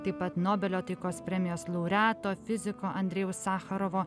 taip pat nobelio taikos premijos laureato fiziko andrejaus sacharovo